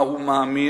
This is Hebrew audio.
בה הוא מאמין,